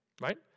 Right